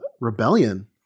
rebellion